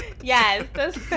Yes